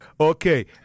Okay